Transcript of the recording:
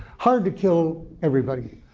hard to kill everybody.